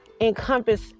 encompass